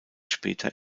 später